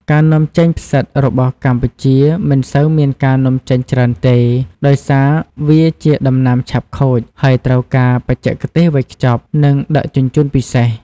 ការនាំចេញផ្សិតរបស់កម្ពុជាមិនសូវមានការនាំចេញច្រើនទេ ដោយសារវាជាដំណាំឆាប់ខូច ហើយត្រូវការបច្ចេកទេសវេចខ្ចប់ និងដឹកជញ្ជូនពិសេស។